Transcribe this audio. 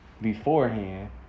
beforehand